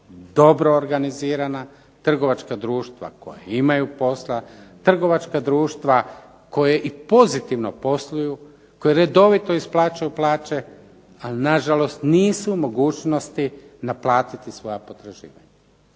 dobro organizirana, trgovačka društva koja imaju posla, trgovačka društva koja i pozitivno posluju, koja redovito isplaćuju plaće, ali nažalost nisu u mogućnosti naplatiti svoja potraživanja.